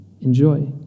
Enjoy